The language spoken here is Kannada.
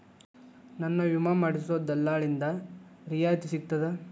ನನ್ನ ವಿಮಾ ಮಾಡಿಸೊ ದಲ್ಲಾಳಿಂದ ರಿಯಾಯಿತಿ ಸಿಗ್ತದಾ?